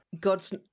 God's